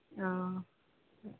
ആ